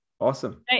awesome